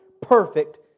perfect